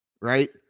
Right